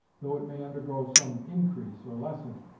though it may undergo some increase, or lessening.